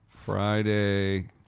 Friday